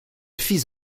fils